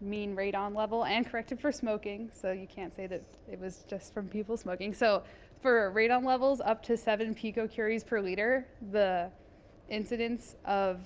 mean radon level and corrected for smoking. so you can't say that it was just from people smoking. so for ah radon levels up to seven picocuries per liter, the incidence of